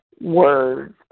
words